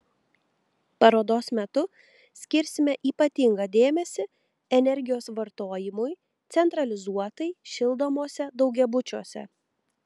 parodos metu skirsime ypatingą dėmesį energijos vartojimui centralizuotai šildomuose daugiabučiuose